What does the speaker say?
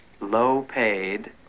low-paid